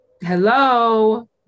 hello